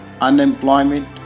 Unemployment